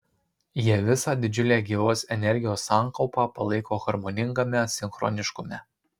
jie visą didžiulę gyvos energijos sankaupą palaiko harmoningame sinchroniškume